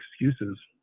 excuses